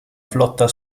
flotta